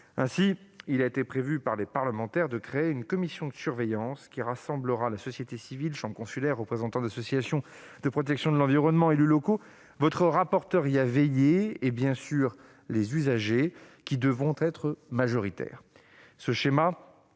Ainsi, les parlementaires ont prévu de créer une commission de surveillance, qui rassemblera la société civile- les chambres consulaires, les représentants d'associations de protection de l'environnement -, les élus locaux- votre rapporteur y a veillé -et, bien sûr, les usagers, qui devront être majoritaires. Ce schéma,